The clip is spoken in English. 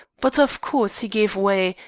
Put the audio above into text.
but of course he gave way,